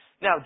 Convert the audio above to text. Now